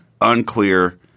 Unclear